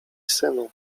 synu